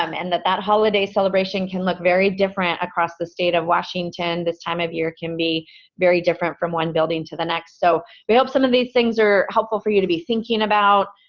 um and that that holiday celebration can look very different across the state of washington this time of year can be very different from one building to the next, so we hope some of these things are helpful for you to be thinking about.